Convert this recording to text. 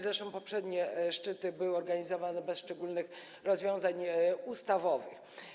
Zresztą poprzednie szczyty były organizowane bez szczególnych rozwiązań ustawowych.